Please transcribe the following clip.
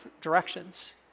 directions